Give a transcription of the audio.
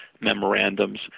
memorandums